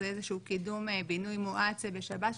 זה איזשהו קידום בינוי מואץ בשב"ס.